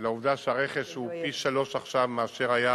ולעובדה שהרכש הוא פי-שלושה עכשיו מאשר היה